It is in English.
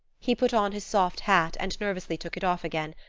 he put on his soft hat and nervously took it off again,